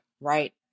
right